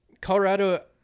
Colorado